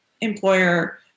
employer